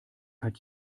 hat